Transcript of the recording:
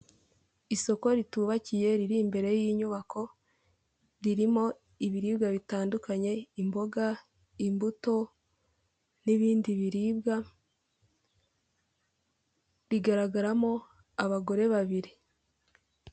Isoko ritubakiye riri imbere y'inyubako ririmo ibiribwa bitandukanye imboga imbuto n'ibindi biribwa rigaragaramo abagore babiri.